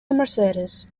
mercedes